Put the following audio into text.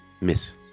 Miss